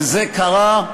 וזה קרה,